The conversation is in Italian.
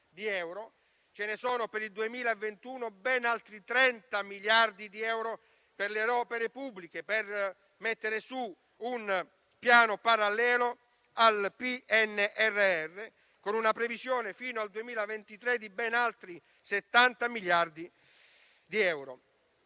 ce ne sono per il 2021 altri 30 per le opere pubbliche, per mettere in piedi un piano parallelo al PNRR, con una previsione fino al 2023 di ben altri 70 miliardi di euro.